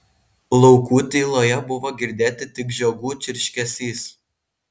laukų tyloje buvo girdėti tik žiogų čirškesys